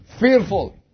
Fearful